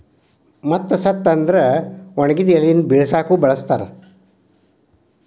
ಮತ್ತ ಸತ್ತ ಅಂದ್ರ ಒಣಗಿದ ಎಲಿನ ಬಿಳಸಾಕು ಬಳಸ್ತಾರ